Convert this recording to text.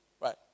Right